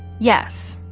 yes,